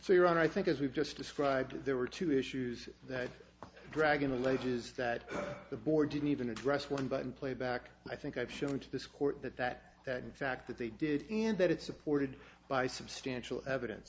so your honor i think as we've just described there were two issues that dragon alleges that the board didn't even address one but in play back i think i've shown to this court that that that in fact that they did and that it's supported by substantial evidence